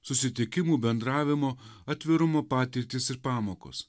susitikimų bendravimo atvirumo patirtys ir pamokos